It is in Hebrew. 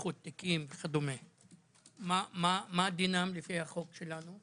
מה דינם לפי החוק שלנו?